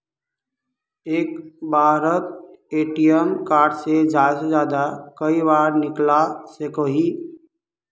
एक बारोत ATM card से ज्यादा से ज्यादा कई हजार निकलवा सकोहो ही?